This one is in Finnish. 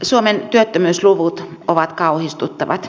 suomen työttömyysluvut ovat kauhistuttavat